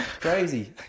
crazy